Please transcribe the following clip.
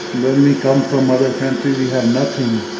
when we come from other country, we have nothing.